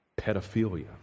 pedophilia